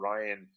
Ryan